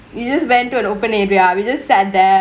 you just went to an open area we just sat there